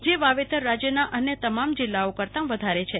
જે વાવેતર રાજ્યના અન્ય તમામ જિલ્લાઓ કરતા વધારે છે